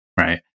Right